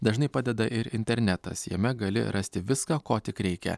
dažnai padeda ir internetas jame gali rasti viską ko tik reikia